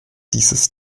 dieses